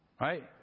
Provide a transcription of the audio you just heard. right